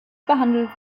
behandelt